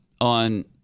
on